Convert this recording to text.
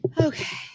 Okay